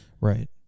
right